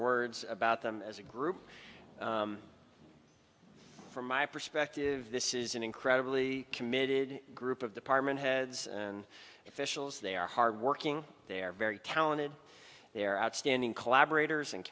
words about them as a group from my perspective this is an incredibly committed group of the partment heads and officials they are hardworking they're very talented they're outstanding collaborators and